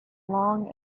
long